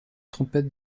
trompette